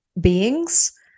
beings